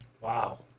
Wow